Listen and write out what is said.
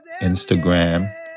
Instagram